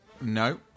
No